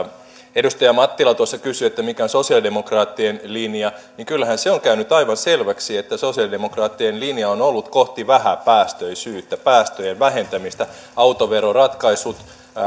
edustaja mattila kysyi mikä on sosialidemokraattien linja niin kyllähän se on käynyt aivan selväksi että sosialidemokraattien linja on ollut kohti vähäpäästöisyyttä päästöjen vähentämistä autoveroratkaisut